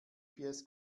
gps